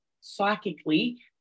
psychically